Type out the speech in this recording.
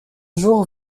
jour